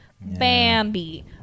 Bambi